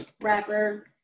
rapper